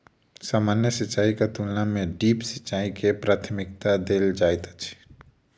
सामान्य सिंचाईक तुलना मे ड्रिप सिंचाई के प्राथमिकता देल जाइत अछि